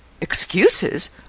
Excuses